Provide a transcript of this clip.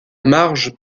marge